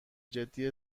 جدی